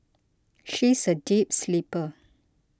she is a deep sleeper